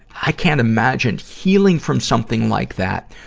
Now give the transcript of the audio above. i can't imagine healing from something like that